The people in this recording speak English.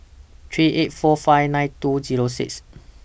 three eight four five nine two Zero six